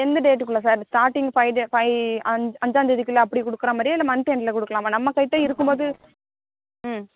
எந்த டேட்டுக்குள்ள sir starting five day ஃபை அஞ் அஞ்சாந்தேதி குள்ள அப்படி கொடுக்குற மாதிரியா இல்லை மன்த் எண்டில் கொடுக்கலாமா நம்ம கிட்ட இருக்கும் போது ம்